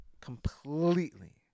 completely